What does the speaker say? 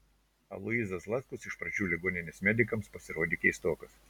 aloyzas zlatkus iš pradžių ligoninės medikams pasirodė keistokas